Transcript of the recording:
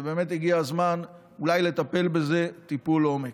ובאמת אולי הגיע הזמן לטפל בזה טיפול עומק.